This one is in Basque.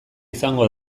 izango